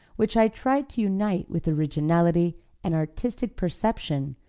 which i try to unite with originality and artistic perception,